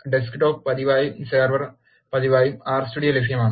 desktop പതിപ്പായും server പതിപ്പായും R studio ലഭ്യമാണ്